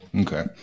okay